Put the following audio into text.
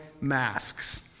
masks